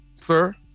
Sir